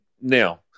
now